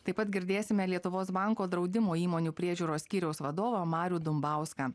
taip pat girdėsime lietuvos banko draudimo įmonių priežiūros skyriaus vadovą marių dumbauską